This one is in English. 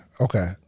okay